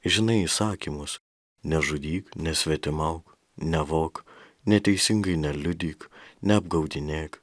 žinai įsakymus nežudyk nesvetimauk nevok neteisingai neliudyk neapgaudinėk